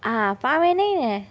હા ફાવે નહીં ને